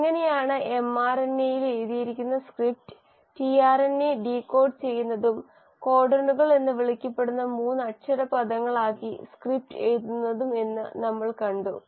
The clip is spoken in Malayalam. എങ്ങനെയാണ് എംആർഎൻഎയിൽ എഴുതിയിരിക്കുന്ന സ്ക്രിപ്റ്റ് ടിആർഎൻഎ ഡീകോഡ് ചെയ്യുന്നതും കോഡണുകൾ എന്ന് വിളിക്കപ്പെടുന്ന 3 അക്ഷര പദങ്ങളാക്കി സ്ക്രിപ്റ്റ് എഴുതുന്നതും എന്ന് നമ്മൾ കണ്ടു